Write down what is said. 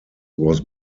was